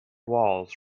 walls